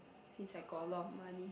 since I got a lot of money